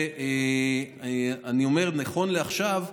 ואני אומר שנכון לעכשיו,